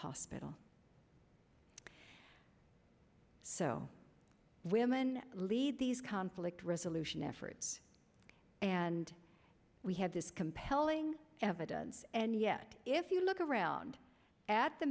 hospital so women lead these conflict resolution efforts and we have this compelling evidence and yet if you look around at the